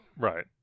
Right